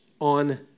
on